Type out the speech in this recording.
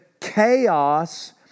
chaos